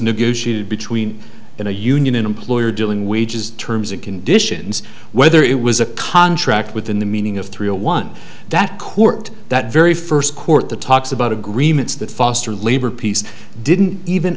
negotiated between in a union an employer doing wages terms and conditions whether it was a contract within the meaning of three or one that court that very first the talks about agreements that foster labor peace didn't even